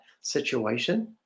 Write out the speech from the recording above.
situation